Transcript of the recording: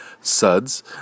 suds